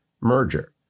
merger